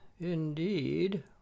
indeed